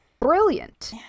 brilliant